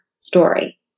story